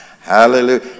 Hallelujah